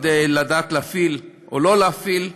כדי לדעת להפעיל או לא להפעיל כוח,